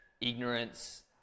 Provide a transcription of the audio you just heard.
ignorance